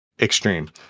extreme